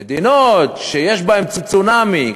מדינות שיש בהן צונאמי,